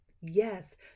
Yes